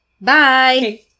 Bye